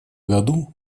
году